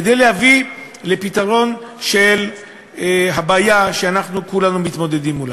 כדי להביא פתרון לבעיה שאנחנו כולנו מתמודדים מולה.